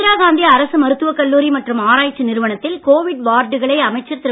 இந்திரா காந்தி அரசு மருத்துவக் கல்லூரி மற்றும் ஆராய்ச்சி நிறுவனத்தில் கோவிட் வார்டுகளை அமைச்சர் திரு